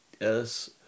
yes